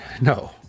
No